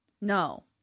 No